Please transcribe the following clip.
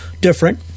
different